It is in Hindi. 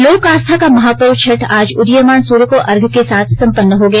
लोक आस्था का महापर्व छठ आज उदीयमान सुर्य को अर्घ्य के साथ संपन्न हो गया